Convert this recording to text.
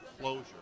closure